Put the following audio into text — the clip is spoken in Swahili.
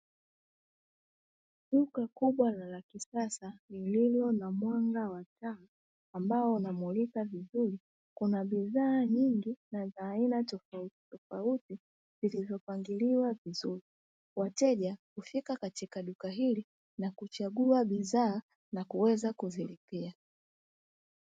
Duka kubwa na la kisasa lililo na mwanga wa taa ambao unamulika vizuri, kuna bidhaa nyingi na za aina tofautitofauti zilizopangiliwa vizuri. Wateja hufika katika duka hili na kuchagua bidhaa na kuweza kuzilipia.